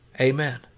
Amen